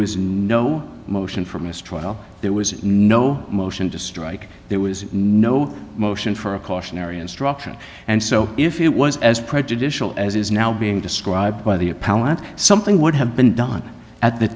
was no motion for mistrial there was no motion to strike there was no motion for a cautionary instruction and so in if it was as prejudicial as is now being described by the appellant something would have been done at the